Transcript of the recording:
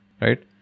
right